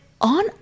on